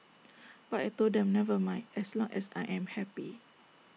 but I Told them never mind as long as I am happy